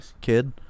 kid